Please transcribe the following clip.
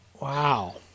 Wow